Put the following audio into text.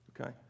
Okay